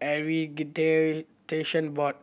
Accreditation Board